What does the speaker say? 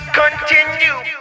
continue